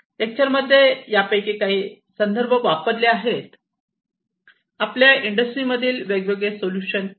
lecture मध्ये यापैकी काही संदर्भ वापरले आहेत